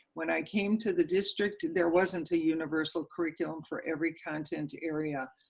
when i came to the district and there wasn't a universal curriculum for every content area.